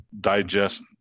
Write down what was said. digest